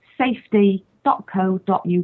safety.co.uk